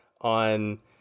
on